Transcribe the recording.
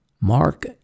Mark